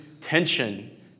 tension